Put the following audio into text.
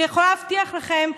אני יכולה להבטיח לכם,